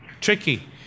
tricky